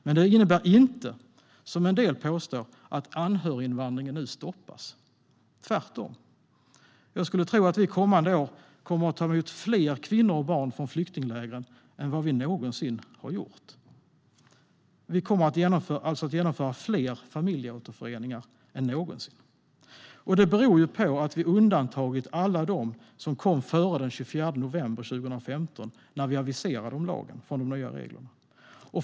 Men det innebär inte, som en del påstår, att anhöriginvandringen nu stoppas. Tvärtom skulle jag tro att vi kommande år kommer att ta emot fler kvinnor och barn från flyktinglägren än vi någonsin har gjort. Vi kommer alltså att genomföra fler familjeåterföreningar än någonsin. Det här beror på att vi undantagit alla som kom före den 24 november 2015, när vi aviserade om lagen, från de nya reglerna.